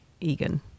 Egan